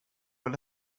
vill